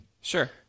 Sure